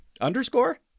underscore